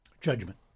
judgment